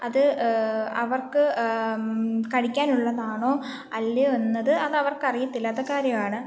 അത് അവർക്ക് കഴിക്കാനുള്ളതാണോ അല്ലയോ എന്നത് അതവർക്കറിയത്തില്ലാത്ത കാര്യമാണ്